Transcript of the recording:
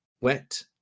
wet